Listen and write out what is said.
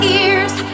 ears